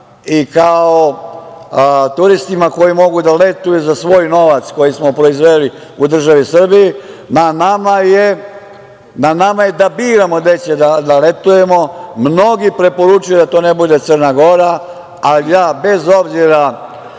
i kao turistima koji mogu da letuju za svoj novac koji smo proizveli u državi Srbiji na nama je da biramo gde ćemo da letujemo. Mnogi preporučuju da to ne bude Crna Gora, ali ja, bez obzira